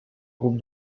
groupe